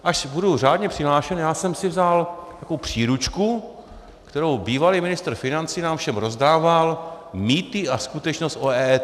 Až budu řádně přihlášen, já jsem si vzal takovou příručku, kterou bývalý ministr financí nám všem rozdával, Mýty a skutečnost o EET.